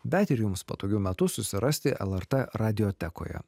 bet ir jums patogiu metu susirasti lrt radiotekoje